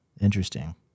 Interesting